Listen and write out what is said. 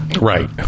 Right